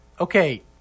Okay